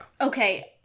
Okay